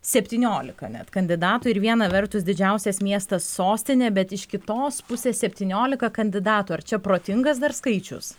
septyniolika net kandidatų ir viena vertus didžiausias miestas sostinė bet iš kitos pusės septyniolika kandidatų ar čia protingas dar skaičius